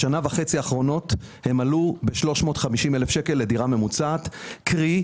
בשנה וחצי האחרונות הם עלו ב-350,000 שקל לדירה ממוצעת כך